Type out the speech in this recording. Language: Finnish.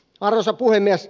arvoisa puhemies